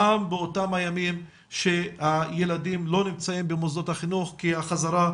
גם באותם הימים שהילדים לא נמצאים במוסדות החינוך כי החזרה,